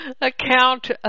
account